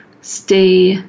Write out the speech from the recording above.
stay